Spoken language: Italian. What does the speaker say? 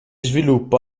sviluppa